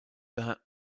that